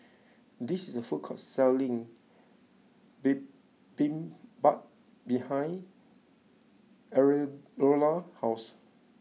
this is a food court selling Bibimbap behind Eleanora's house